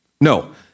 No